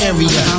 Area